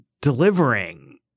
delivering